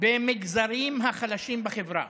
במגזרים החלשים בחברה.